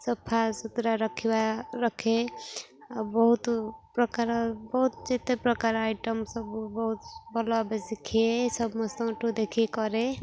ସଫା ସୁୁତୁରା ରଖିବା ରଖେ ଆଉ ବହୁତ ପ୍ରକାର ବହୁତ ଯେତେ ପ୍ରକାର ଆଇଟମ୍ ସବୁ ବହୁତ ଭଲ ବେଶି ଖାଏ ସମସ୍ତଙ୍କଠୁ ଦେଖି କରେ